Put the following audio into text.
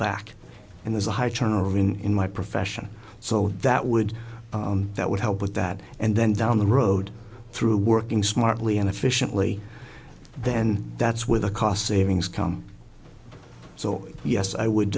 back and there's a high turnover in my profession so that would that would help with that and then down the road through working smartly and efficiently then that's where the cost savings come so yes i would